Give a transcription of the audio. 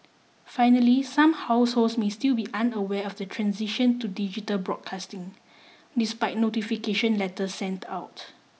finally some households may still be unaware of the transition to digital broadcasting despite notification letter sent out